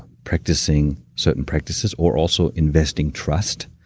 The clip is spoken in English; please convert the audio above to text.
practicing certain practices, or also investing trust.